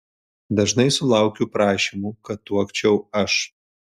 dažnai sulaukiu prašymų kad tuokčiau aš